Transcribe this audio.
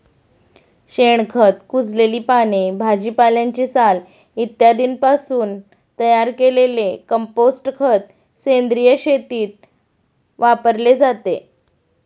शेणखत, कुजलेली पाने, भाजीपाल्याची साल इत्यादींपासून तयार केलेले कंपोस्ट खत सेंद्रिय शेतीत वापरले जाते